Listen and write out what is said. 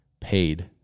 paid